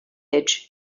edge